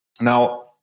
Now